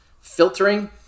filtering